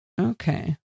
Okay